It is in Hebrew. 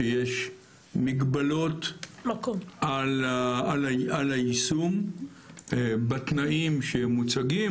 שיש מגבלות על היישום בתנאים שמוצגים,